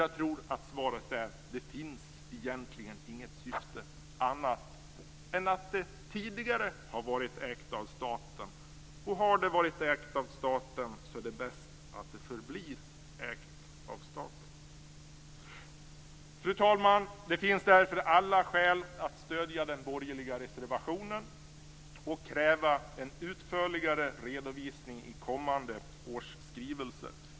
Jag tror att svaret är: Det finns egentligen inget syfte annat än att det tidigare har varit ägt av staten, och har det varit ägt av staten är det bäst att det förblir ägt av staten. Fru talman! Det finns därför alla skäl att stödja den borgerliga reservationen och kräva en utförligare redovisning i kommande års skrivelse.